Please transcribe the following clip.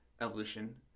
evolution